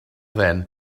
then